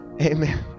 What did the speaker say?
amen